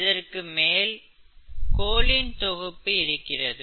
இதற்குமேல் கோலின் தொகுப்பு இருக்கிறது